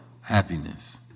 Happiness